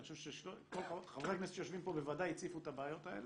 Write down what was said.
אני חושב שחברי הכנסת שיושבים פה בוודאי הציפו את הבעיות האלה,